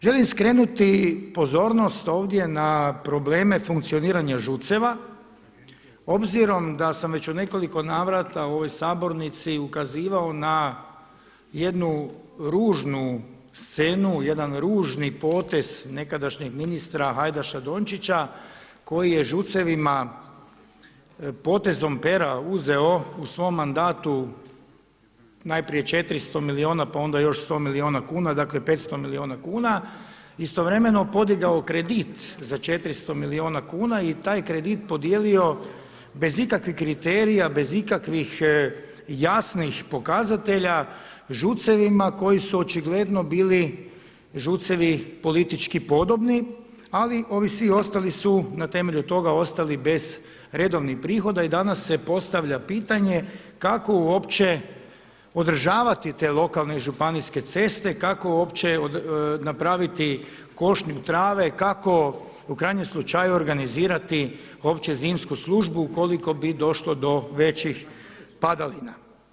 Želim skrenuti pozornost ovdje na probleme funkcioniranja ŽUC-eva obzirom da sam već u nekoliko navrata u ovoj sabornici ukazivao na jednu ružnu scenu, jedan ružni potez nekadašnjeg ministra Hajdaša Dončića koji je ŽUC-evima potezom pera uzeo u svom mandatu najprije 400 milijuna pa onda još 100 milijuna kuna, dakle 500 milijuna kuna, istovremeno podigao kredit za 400 milijuna i taj kredit podijelio bez ikakvih kriterija bez ikakvih jasnih pokazatelja ŽUC-evima koji su očigledno bili ŽUC-evi politički podobni, ali ovi svi ostali su na temelju toga ostali bez redovnih prihoda i danas se postavlja pitanje kako uopće održavati te lokalne i županijska ceste, kako uopće napraviti košnju trave, kako u krajnjem slučaju organizirati uopće zimsku službu ukoliko bi došlo do većih padalina.